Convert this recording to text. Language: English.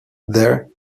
there